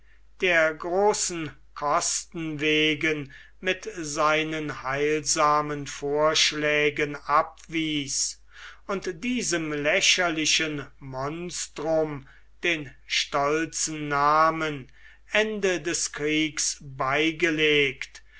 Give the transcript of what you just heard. der großen kosten wegen mit seinen heilsamen vorschlägen abwies und diesem lächerlichen monstrum den stolzen namen ende des kriegs beigelegt